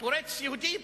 פורץ יהודי,